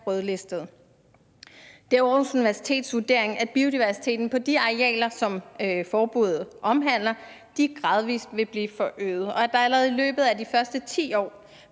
rødlistede. Det er Aarhus Universitets vurdering, at biodiversiteten på de arealer, som forbuddet omhandler, gradvis vil blive forøget, og at der allerede i løbet af de første 10 år